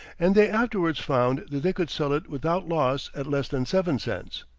and they afterwards found that they could sell it without loss at less than seven cents.